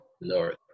north